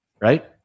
right